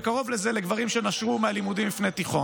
וקרוב לזה של גברים שנשרו מהלימודים לפני תיכון.